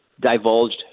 divulged